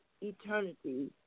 eternity